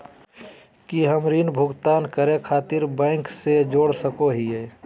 की हम ऋण भुगतान करे खातिर बैंक से जोड़ सको हियै?